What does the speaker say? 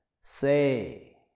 Say